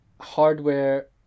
hardware